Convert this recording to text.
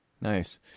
Nice